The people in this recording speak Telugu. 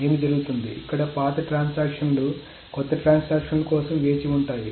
ఏమి జరుగుతుంది ఇక్కడ పాత ట్రాన్సాక్షన్ లు కొత్త ట్రాన్సాక్షన్ ల కోసం వేచి ఉంటాయి